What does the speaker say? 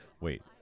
Wait